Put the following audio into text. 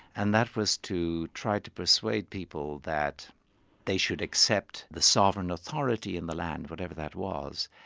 and that was to try to persuade people that they should accept the sovereign authority in the land, whatever that was,